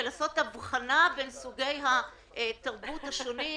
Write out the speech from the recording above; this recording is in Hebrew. ולעשות הבחנה בין סוגי התרבות השונים,